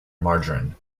margarine